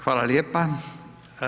Hvala lijepa.